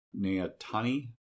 Neatani